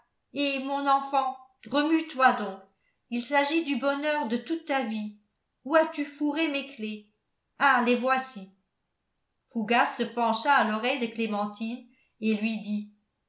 eh mon enfant remue toi donc il s'agit du bonheur de toute ta vie où as-tu fourré mes clefs ah les voici fougas se pencha à l'oreille de clémentine et lui dit